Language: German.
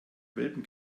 welpen